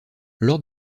lors